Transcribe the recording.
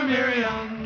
Miriam